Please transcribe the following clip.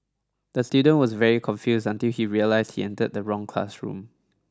the student was very confused until he realised he entered the wrong classroom